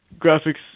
graphics